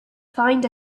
find